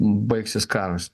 baigsis karas